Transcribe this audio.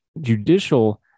judicial